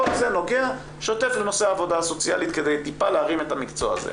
כל זה נוגע שוטף לנושא העבודה הסוציאלית כדי טיפה להרים את המקצוע הזה.